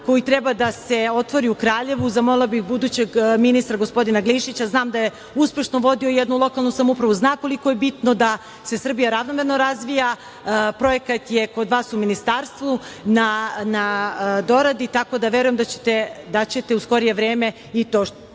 koji treba da se otvori u Kraljevu, zamolila bih budućeg ministra gospodina Glišića, znam da je uspešno vodio jednu lokalnu samoupravu, zna koliko je bitno da se Srbija ravnomerno razvija, projekat je kod vas u ministarstvu na doradi, tako da verujem da ćete u skorije vreme i to...